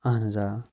اَہن حظ آ